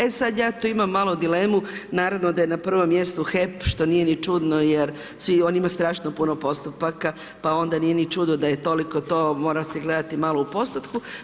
E sada ja tu imam malo dilemu, naravno da je na prvom mjestu HEP što nije ni čudno jer on ima strašno puno postupaka, pa onda nije ni čudno da je toliko to mora se gledati malo u postotku.